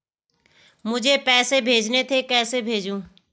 मुझे पैसे भेजने थे कैसे भेजूँ?